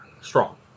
strong